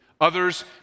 Others